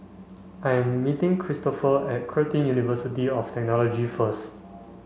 I am meeting Kristofer at Curtin University of Technology first